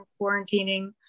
quarantining